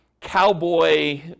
cowboy